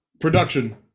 production